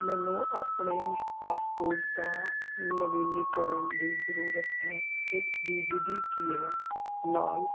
ਮੈਨੂੰ ਆਪਣੇ ਪਾਸਪੋਰਟ ਦਾ ਨਵੀਨੀਕਰਨ ਦੀ ਜ਼ਰੂਰਤ ਹੈ ਇਸ ਦੀ ਵਿਧੀ ਕੀ ਹੈ ਨਾਲ